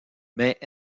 mais